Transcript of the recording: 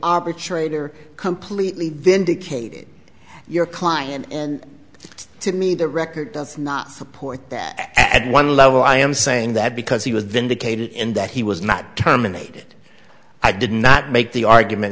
charade or completely vindicated your client and to me the record does not support that at one level i am saying that because he was vindicated in that he was not terminated i did not make the argument